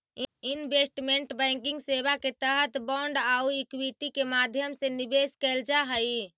investment banking सेवा के तहत बांड आउ इक्विटी के माध्यम से निवेश कैल जा हइ